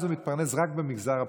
אז הוא מתפרנס רק במגזר הפרטי.